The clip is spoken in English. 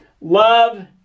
love